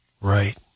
Right